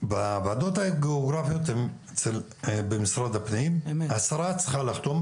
בוועדות הגיאוגרפיות במשרד הפנים השרה צריכה לחתום.